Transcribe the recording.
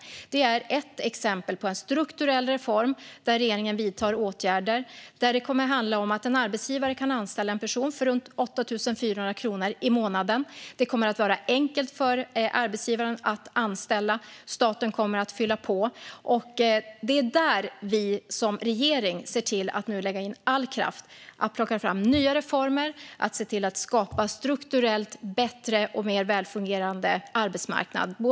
Det är ett exempel på en strukturell reform där regeringen vidtar åtgärder. En arbetsgivare kommer att kunna anställa en person för runt 8 400 kronor i månaden. Det kommer att vara enkelt för arbetsgivaren att anställa, för staten kommer att fylla på. Regeringen lägger all sin kraft på att plocka fram nya reformer för att skapa en strukturellt bättre och mer välfungerande arbetsmarknad.